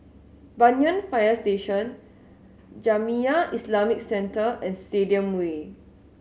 Banyan Fire Station Jamiyah Islamic Centre and Stadium Way